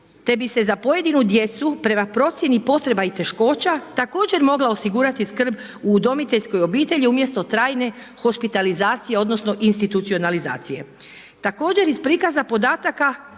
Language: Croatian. te bi se za pojedinu djecu prema procjeni potreba i teškoća također mogla osigurati skrb u udomiteljskoj obitelji umjesto trajne hospitalizacije odnosno institucionalizacije. Također iz prikaza podataka